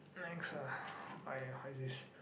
angst lah !aiya! what is this